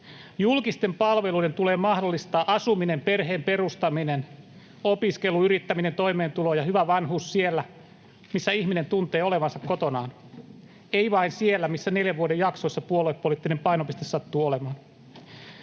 Julkisten palveluiden tulee mahdollistaa asuminen, perheen perustaminen, opiskelu, yrittäminen, toimeentulo ja hyvä vanhuus siellä, missä ihminen tuntee olevansa kotonaan, ei vain siellä, missä neljän vuoden jaksoissa puoluepoliittinen painopiste sattuu olemaan.